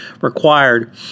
required